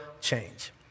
change